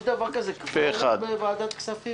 יש דבר כזה קוורום בוועדת הכספים.